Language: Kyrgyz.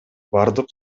бардык